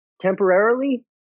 temporarily